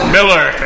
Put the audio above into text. Miller